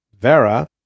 Vera